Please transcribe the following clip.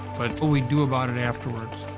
but what we do about it afterwards.